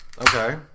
okay